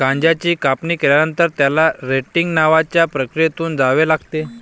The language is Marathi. गांजाची कापणी केल्यानंतर, त्याला रेटिंग नावाच्या प्रक्रियेतून जावे लागते